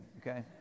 okay